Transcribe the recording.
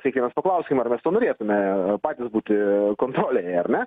sveiki paklauskim ar mes norėtume patys būti kontroleriai ar ne